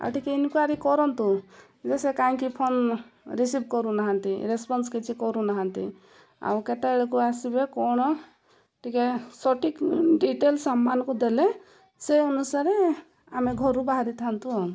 ଆଉ ଟିକେ ଇନକ୍ଵାରୀ କରନ୍ତୁ ଯେ ସେ କାହିଁକି ଫୋନ୍ ରିସିଭ୍ କରୁନାହାନ୍ତି ରେସପନ୍ସ କିଛି କରୁନାହାନ୍ତି ଆଉ କେତେବେଳକୁ ଆସିବେ କ'ଣ ଟିକେ ସଠିକ ଡିଟେଲ ସାମାନଙ୍କୁ ଦେଲେ ସେଇ ଅନୁସାରେ ଆମେ ଘରୁ ବାହାରିଥାନ୍ତୁ ଆଉ